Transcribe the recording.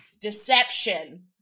deception